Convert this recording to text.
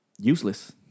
useless